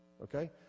okay